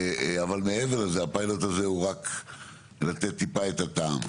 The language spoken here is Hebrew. אבל מעבר לזה הפיילוט הזה הוא רק לתת טיפה את הטעם.